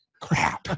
Crap